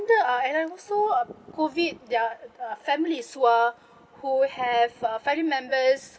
ah and I also uh COVID there're uh families who are who have uh family members